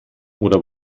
oder